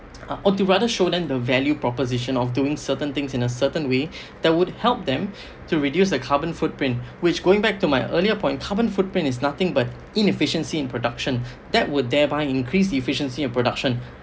or to rather show them the value proposition of doing certain things in a certain way that would help them to reduce their carbon footprint which going back to my earlier point carbon footprint is nothing but inefficiency in production that would thereby increase efficiency in production